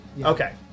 Okay